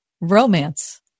Romance